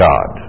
God